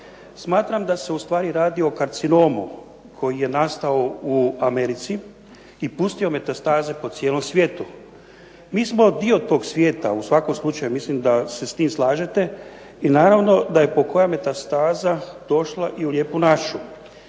Smatram da se u stvari radi o karcinomu koji je nastao u Americi i pustio metastaze po cijelom svijetu. Mi smo dio tog svijeta u svakom slučaju, mislim da se s tim slažete i naravno da je po koja metastaza došla i u Lijepu našu.